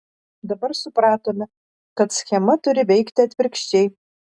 dabar supratome kad schema turi veikti atvirkščiai